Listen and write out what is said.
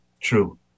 true